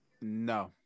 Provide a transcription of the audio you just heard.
No